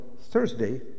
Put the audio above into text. Thursday